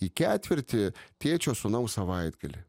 į ketvirtį tėčio sūnaus savaitgalį